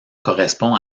correspond